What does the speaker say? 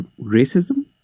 racism